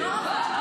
מה?